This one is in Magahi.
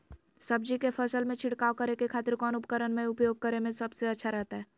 सब्जी के फसल में छिड़काव करे के खातिर कौन उपकरण के उपयोग करें में सबसे अच्छा रहतय?